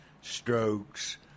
strokes